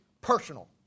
personal